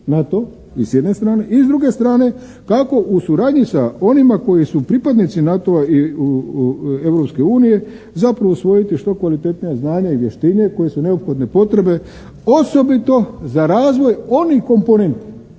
NATO s jedne strane i s druge strane kako u suradnji sa onima koji su pripadnici NATO-a i Europske unije zapravo usvojiti što kvalitetnija znanja i vještine koje su neophodne potrebe osobito za razvoj onih komponenti